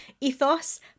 Ethos